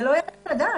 זה לא יעלה על הדעת.